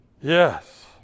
Yes